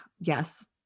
yes